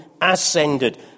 ascended